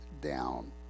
down